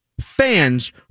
fans